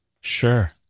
Sure